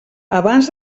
abans